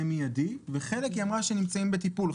מידי וחלק היא אמרה שנמצאים בטיפול.